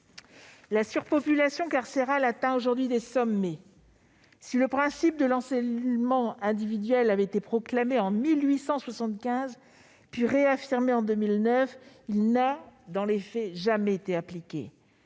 La surpopulation carcérale atteint des sommets. Si le principe de l'encellulement individuel avait été proclamé dès 1875, puis réaffirmé en 2009, il n'a dans les faits jamais été appliqué.